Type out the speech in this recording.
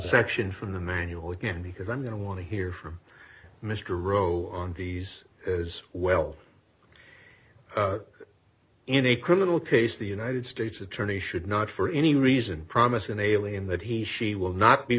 section from the manual again because i'm going to want to hear from mr rowe on these as well in a criminal case the united states attorney should not for any reason promise an alien that he she will not be